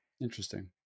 Interesting